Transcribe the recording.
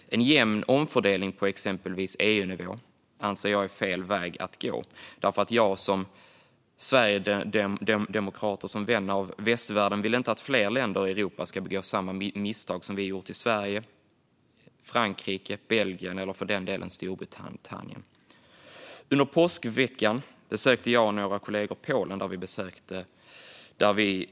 En jämn omfördelning på exempelvis EU-nivå anser jag är fel väg att gå eftersom jag som sverigedemokrat och vän av västvärlden inte vill att fler länder i Europa ska begå samma misstag som vi gjort i Sverige, Frankrike, Belgien eller för den delen Storbritannien. Under påskveckan besökte jag och några kollegor Polen.